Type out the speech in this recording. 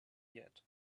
yet